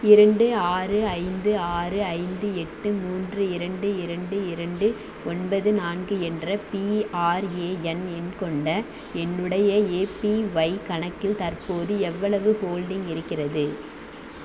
இரண்டு ஆறு ஐந்து ஆறு ஐந்து எட்டு மூன்று இரண்டு இரண்டு இரண்டு ஒன்பது நான்கு என்ற பிஆர்ஏஎன் எண் கொண்ட என்னுடைய ஏபிஒய் கணக்கில் தற்போது எவ்வளவு ஹோல்டிங் இருக்கிறது